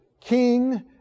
king